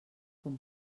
com